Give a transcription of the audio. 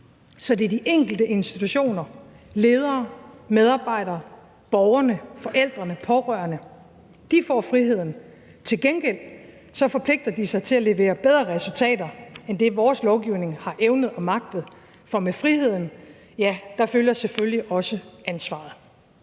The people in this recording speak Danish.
lokalt, så de enkelte institutioner, ledere, medarbejdere, borgere, forældre, pårørende får friheden. Til gengæld forpligter de sig til at levere bedre resultater end det, vores lovgivning har evnet og magtet, for med friheden følger selvfølgelig også ansvaret.